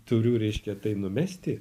turiu reiškia tai numesti